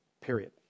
period